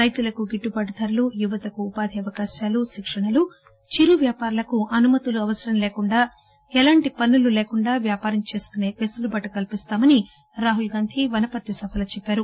రైతులకు గిట్లుబాటు ధరలు యువతకు ఉపాధి అవకాశాలు శిక్షణలు చిరు వ్యాపారులకు అనుమతులు అవసరం లేకుండా ఎలాంటి పన్ను లు లేకుండా ఆవ్యాపారం చేసుకునే వెసులుబాటు కల్పిస్తామని రాహుల్ గాంధీ వనపర్తి సభలో చెప్పారు